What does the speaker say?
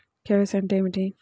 KYC అంటే ఏమిటి?